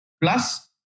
plus